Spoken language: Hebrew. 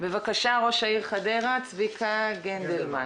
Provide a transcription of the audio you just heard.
בבקשה, ראש העיר חדרה, צביקה גנדלמן.